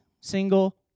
single